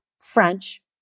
French